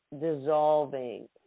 dissolving